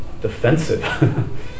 defensive